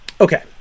Okay